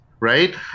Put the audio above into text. Right